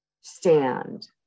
stand